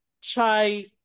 chai